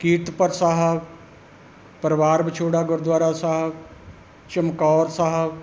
Kiratpur Sahib Parivar Vichhora Gurdwara Sahib Chamkaur Sahib